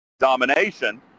Domination